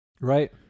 Right